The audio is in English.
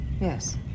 Yes